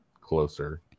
closer